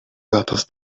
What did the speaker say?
gatos